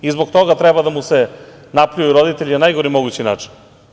I zbog toga treba da mu se napljuju roditelji na najgori mogući način?